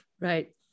right